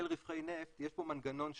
רווחי הנפט, יש פה מנגנון שנקבע.